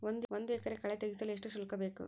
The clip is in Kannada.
ಒಂದು ಎಕರೆ ಕಳೆ ತೆಗೆಸಲು ಎಷ್ಟು ಶುಲ್ಕ ಬೇಕು?